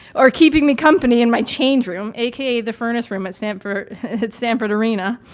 or keeping me company in my change room, aka the furnace room at stamford stamford arena,